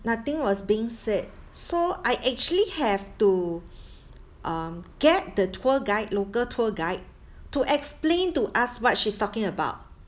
nothing was being said so I actually have to um get the tour guide local tour guide to explain to us what she's talking about